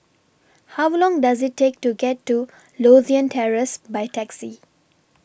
How Long Does IT Take to get to Lothian Terrace By Taxi